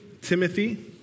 Timothy